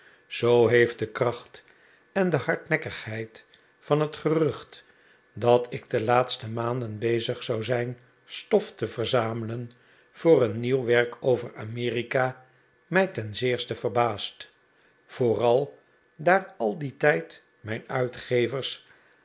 zoo heeft de kracht en de hardnekkigheid van het gerucht dat ik de laatste maanden bezig zou zijn stof te verzamelen voor een nieuw werk over amerika mij ten zeerste verbaasd vooral daar al dien tijd mijn uitgevers